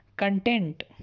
content